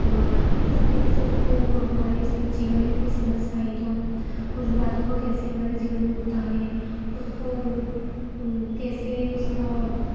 और हमें किस तरीक़े से उसको हमारे इस जीवन में कोई समस्या आई तो हम उस बातों का कैसे हमारे जीवन में उतारें उसको कैसे उसका